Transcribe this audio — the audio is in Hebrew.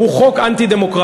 הוא חוק אנטי-דמוקרטי.